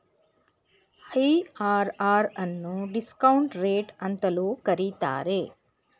IRR ಅನ್ನು discount rate ಅಂತಲೂ ಕರೀತಾರೆ